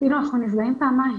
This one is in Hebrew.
אנחנו נפגעים פעמיים.